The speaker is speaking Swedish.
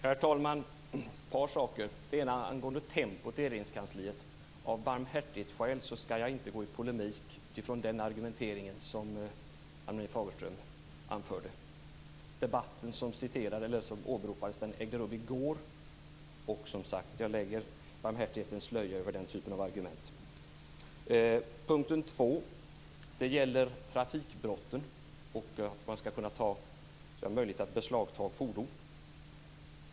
Herr talman! Jag skall ta upp några saker. Det första gäller arbetstempot i Regeringskansliet. Av barmhärtighetsskäl skall jag inte gå i polemik mot Ann-Marie Fagerström utifrån den argumentering som hon framförde. Den debatt som åberopades ägde rum i går. Jag lägger därför barmhärtighetens slöja över den typen av argument. Det andra jag vill ta upp gäller trafikbrotten och möjligheten att beslagta fordon.